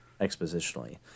expositionally